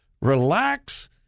relax